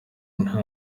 nta